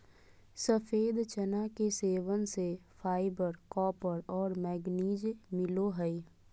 सफ़ेद चना के सेवन से फाइबर, कॉपर और मैंगनीज मिलो हइ